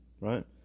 right